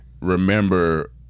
remember